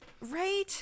right